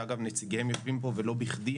שאגב נציגיהם יושבים פה ולא בכדי,